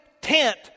tent